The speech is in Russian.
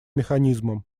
механизмам